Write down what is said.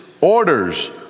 orders